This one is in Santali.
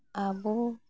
ᱟᱵᱚ